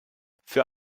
für